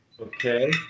Okay